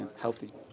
healthy